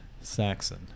Saxon